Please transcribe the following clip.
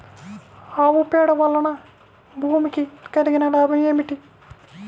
ఆవు పేడ వలన భూమికి కలిగిన లాభం ఏమిటి?